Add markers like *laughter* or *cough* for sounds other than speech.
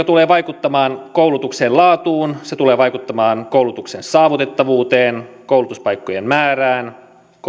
*unintelligible* tulee vaikuttamaan koulutuksen laatuun se tulee vaikuttamaan koulutuksen saavutettavuuteen koulutuspaikkojen määrään ja